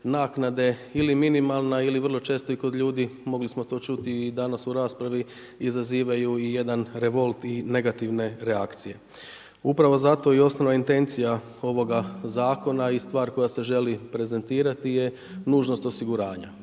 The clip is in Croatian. naknade ili minimalna ili vrlo često i kod ljudi, mogli smo to čuti i danas u raspravi, izazivaju i jedan revolt i negativne reakcije. Upravo zato i osnovna intencija ovoga zakona i stvar koja se želi prezentirati je nužnost osiguranja,